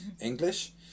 English